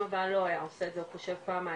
הבאה הוא לא היה עושה את זה וחושב פעמיים.